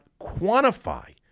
quantify